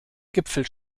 gipfel